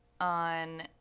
on